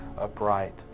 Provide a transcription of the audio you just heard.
upright